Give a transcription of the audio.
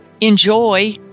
enjoy